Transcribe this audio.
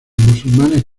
musulmanes